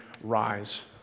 rise